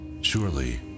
Surely